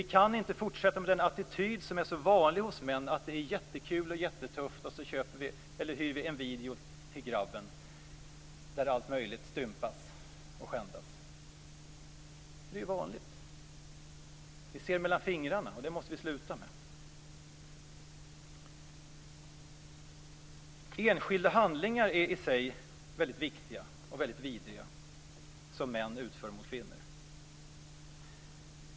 Vi kan inte fortsätta med den attityd som är så vanlig hos män, att det är jättekul och jättetufft att hyra en video till grabben där allt möjligt stympas och skändas. Det är vanligt. Vi ser mellan fingrarna, och det måste vi sluta med. Enskilda handlingar som män utför mot kvinnor är i sig vidriga.